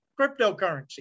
Cryptocurrency